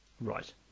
right